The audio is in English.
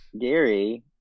Gary